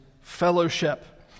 fellowship